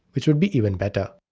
which would be even better.